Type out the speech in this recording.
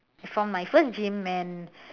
I found my first gym and